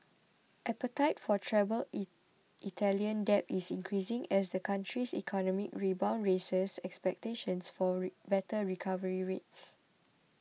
appetite for troubled Italian debt is increasing as the country's economic rebound raises expectations for better recovery rates